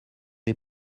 des